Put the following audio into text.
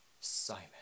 Simon